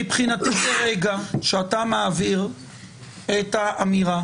מבחינתי ברגע שאתה מעביר את האמירה